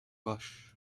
wash